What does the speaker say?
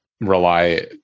rely